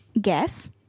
Guess